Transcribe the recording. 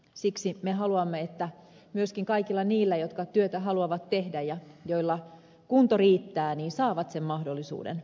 siksi me haluamme että myöskin kaikilla niillä jotka työtä haluavat tehdä ja joilla kunto riittää saavat mahdollisuuden tehdä työtä